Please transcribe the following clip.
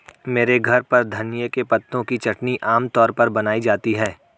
मेरे घर पर धनिए के पत्तों की चटनी आम तौर पर बनाई जाती है